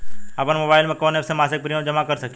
आपनमोबाइल में कवन एप से मासिक प्रिमियम जमा कर सकिले?